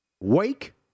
Wake